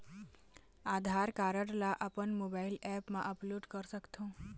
आधार card ला अपन mobile app मा अपलोड कर सकथों?